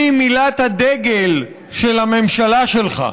היא מילת הדגל של הממשלה שלך,